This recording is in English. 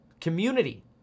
Community